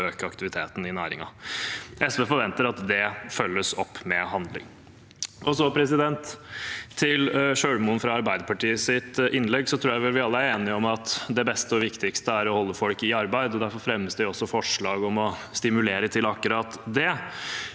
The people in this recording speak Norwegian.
for å øke aktiviteten i næringen. SV forventer at det følges opp med handling. Til Kjølmoen fra Arbeiderpartiet og hans innlegg: Jeg tror vi alle er enige om at det beste og viktigste er å holde folk i arbeid, og derfor fremmes det også forslag om å stimulere til akkurat det.